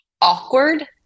awkward